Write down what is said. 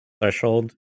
threshold